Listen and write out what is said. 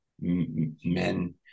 men